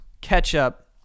ketchup